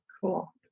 Cool